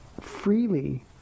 freely